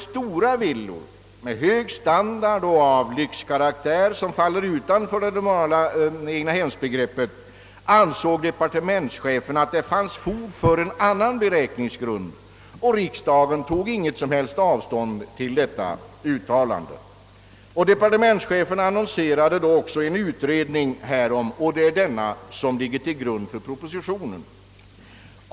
Stora villor av lyxkaraktär och med hög standard fölle utanför det normala egnahemsbegreppet, sade departementschefen; för dem funnes det fog för en annan beräkningsgrund. Riksdagen tog heller inte avstånd från detta uttalande. Samtidigt annonserade departementschefen en utredning i denna fråga, och det är den som ligger till grund för propositionen.